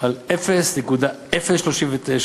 על 0.039,